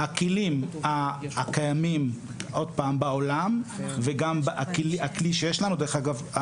הכלים הקיימים בעולם וגם הכלי שיש לנו דרך אגב,